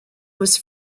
was